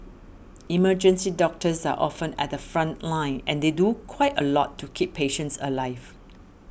emergency doctors are often at the front line and they do quite a lot to keep patients alive